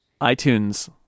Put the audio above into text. iTunes